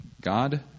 God